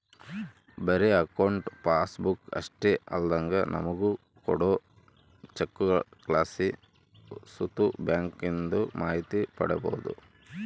ಬರೇ account passbook ಅಷ್ಟೇ ಅಲ್ದಂಗ ನಮುಗ ಕೋಡೋ ಚೆಕ್ಬುಕ್ಲಾಸಿ ಸುತ ಬ್ಯಾಂಕಿಂದು ಮಾಹಿತಿ ಪಡೀಬೋದು